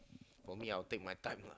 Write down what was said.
for me I'll take my time lah